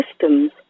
systems